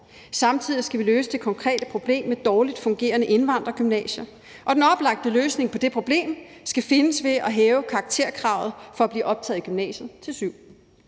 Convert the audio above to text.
Samtidig skal vi løse det konkrete problem med dårligt fungerende indvandrergymnasier, og den oplagte løsning på det problem skal findes ved at hæve karakterkravet for at blive optaget i gymnasiet til 7.